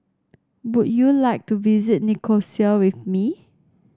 would you like to visit Nicosia with me